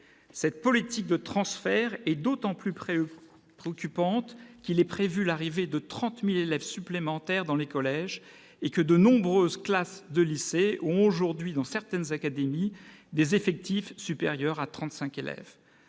Cette politique de transfert est d'autant plus préoccupante que l'arrivée de 30 000 élèves supplémentaires est prévue dans les collèges et que de nombreuses classes de lycée présentent aujourd'hui, dans certaines académies, des effectifs supérieurs à